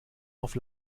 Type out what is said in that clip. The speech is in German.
auf